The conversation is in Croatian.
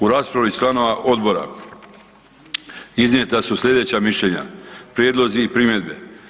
U raspravi članova Odbora iznijeta su sljedeća mišljenja, prijedlozi i primjedbe.